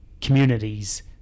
communities